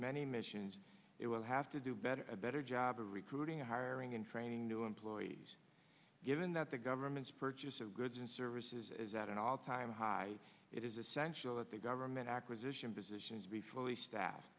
many missions it will have to do better a better job of recruiting hiring and training new employees given that the government's purchase of goods and services is at an all time high it is essential that the government acquisition positions be fully staff